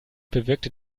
bewirkte